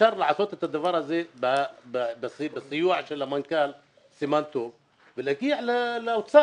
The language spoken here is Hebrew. אפשר לעשות את הדבר הזה בסיוע של המנכ"ל סימן טוב ולהגיע לאוצר.